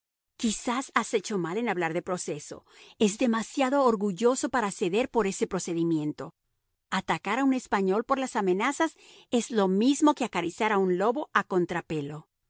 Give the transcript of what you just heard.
quizás has hecho mal en hablar de proceso es demasiado orgulloso para ceder por ese procedimiento atacar a un español por las amenazas es lo mismo que acariciar a un lobo a contrapelo